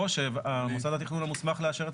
או שהמוסד התכנון המוסמך לאשר את